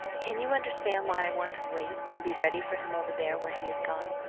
can you understand why i want to wait and be ready for him over there where he is gone?